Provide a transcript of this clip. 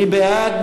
מי בעד?